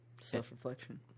Self-reflection